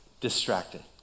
distracted